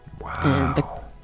Wow